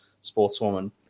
sportswoman